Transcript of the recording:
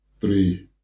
three